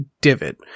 divot